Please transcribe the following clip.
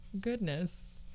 Goodness